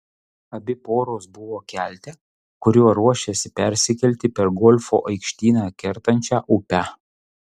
abi poros buvo kelte kuriuo ruošėsi persikelti per golfo aikštyną kertančią upę